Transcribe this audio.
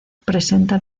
presenta